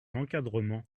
encadrement